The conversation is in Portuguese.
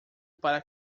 para